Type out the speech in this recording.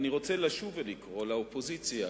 אני רוצה לשוב ולקרוא לאופוזיציה